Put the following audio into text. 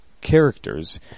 characters